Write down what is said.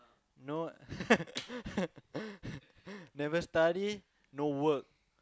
no never study no work